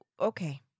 okay